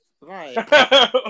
Right